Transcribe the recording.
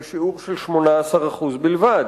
לשיעור של 18% בלבד.